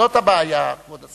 וזו הבעיה, כבוד השר.